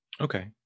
Okay